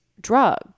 drug